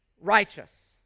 righteous